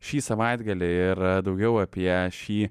šį savaitgalį ir daugiau apie šį